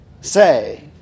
say